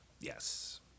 yes